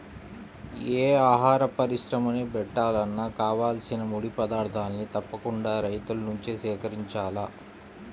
యే ఆహార పరిశ్రమని బెట్టాలన్నా కావాల్సిన ముడి పదార్థాల్ని తప్పకుండా రైతుల నుంచే సేకరించాల